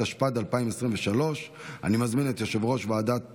התשפ"ד 2023. אני מזמין את יושב-ראש ועדת החוקה,